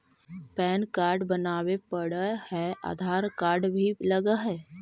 Pan card बनावे पडय है आधार कार्ड भी लगहै?